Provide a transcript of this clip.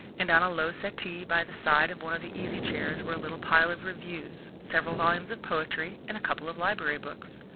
and on a low settee by the side of one of the easy-chairs were a little pile of reviews, several volumes of poetry, and a couple of library books.